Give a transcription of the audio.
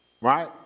right